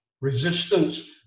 resistance